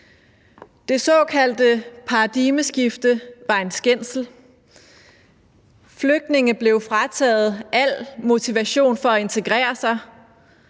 Det såkaldte paradigmeskifte var en skændsel. Flygtninge blev frataget al motivation for at integrere sig,